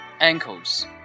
ankles